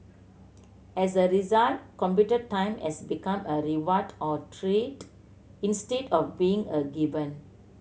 as a result computer time has become a reward or treat instead of being a given